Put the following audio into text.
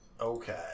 Okay